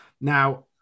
Now